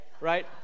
right